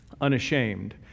unashamed